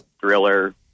thriller